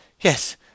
Yes